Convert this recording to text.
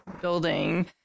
building